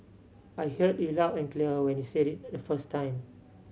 I heard you loud and clear when you said it the first time